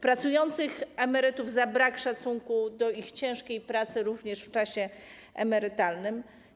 Pracujących emerytów - za brak szacunku do ich ciężkiej pracy również w czasie emerytalnym.